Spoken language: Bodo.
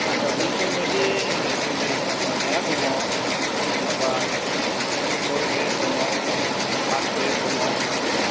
आथसा बेफोरबायदि हायारसेकेण्डारि पास जानाया दङ बुहुद माबा फर ग्रेड दङ थार्ट ग्रेड दङ बुहुद